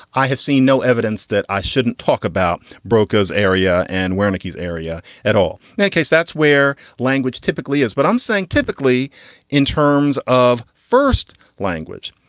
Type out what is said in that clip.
i have seen no evidence that i shouldn't talk about broca's area and where like his area at all. now, a case that's where language typically is. but i'm saying typically in terms of first language,